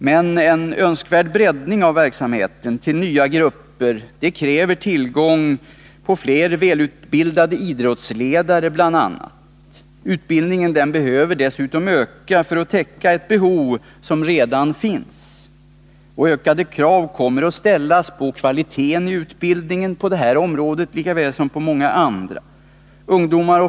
Men en önskvärd breddning av verksamheten till nya grupper kräver bl.a. tillgång till fler välutbildade idrottsledare. Utbildningen behöver dessutom öka för att man skall kunna täcka det behov som redan finns. Ökade krav kommer att ställas på kvaliteten i utbildningen på det här området likaväl som på många andra.